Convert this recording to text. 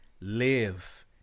live